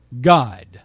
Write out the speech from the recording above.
God